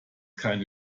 keine